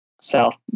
South